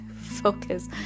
focus